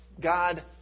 God